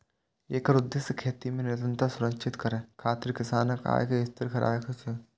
एकर उद्देश्य खेती मे निरंतरता सुनिश्चित करै खातिर किसानक आय कें स्थिर राखब सेहो छै